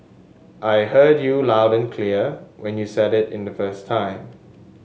I heard you loud and clear when you said it the first time